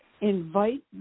Invite